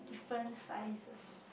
different sizes